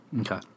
Okay